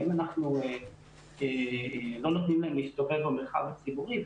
האם אנחנו לא נותנים להם להסתובב במרחב הציבורי?